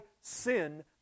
sin